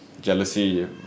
jealousy